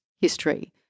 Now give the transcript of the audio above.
history